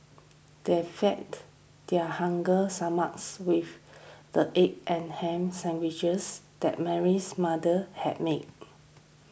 they fed their hunger stomachs with the egg and ham sandwiches that Mary's mother had made